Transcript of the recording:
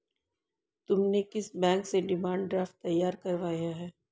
तुमने किस बैंक से डिमांड ड्राफ्ट तैयार करवाया है?